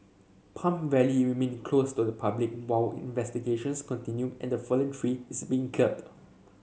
Palm Valley remain closed to the public while investigations continue and the fallen tree is being cleared